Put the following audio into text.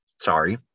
sorry